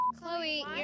Chloe